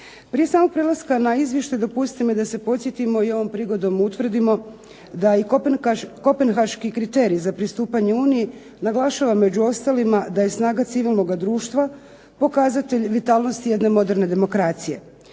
Prije samog prelaska na izvještaj dopustite mi da se podsjetimo i ovom prigodom utvrdimo da i Kopenhaški kriterij za pristupanje Uniji naglašava među ostalima da je snaga civilnog društva pokazatelj vitalnosti jedne moderne demokracije.